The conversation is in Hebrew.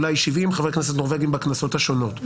אולי 70 חברי כנסת נורבגים בכנסות השונות.